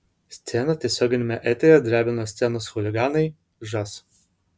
sceną tiesioginiame eteryje drebino scenos chuliganai žas